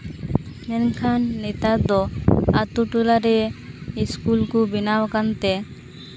ᱢᱮᱱᱠᱷᱟᱱ ᱱᱮᱛᱟᱨ ᱫᱚ ᱟᱛᱳ ᱴᱚᱞᱟ ᱨᱮ ᱥᱠᱩᱞ ᱠᱚ ᱵᱮᱱᱟᱣ ᱟᱠᱟᱱ ᱛᱮ